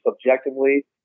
subjectively